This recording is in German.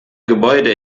gebäude